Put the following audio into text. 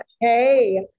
Hey